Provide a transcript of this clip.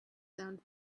zoned